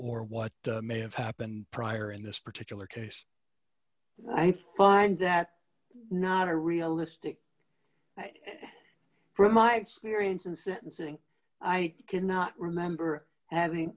or what may have happened prior in this particular case i think find that not a realistic from my experience in sentencing i cannot remember having